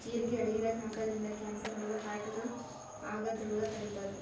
ಜಿರಗಿ ಅಡಗಿದಾಗ್ ಹಾಕಿದ್ರಿನ್ದ ಕ್ಯಾನ್ಸರ್ ರೋಗ್ ಹಾರ್ಟ್ಗಾ ಆಗದ್ದ್ ರೋಗ್ ತಡಿತಾದ್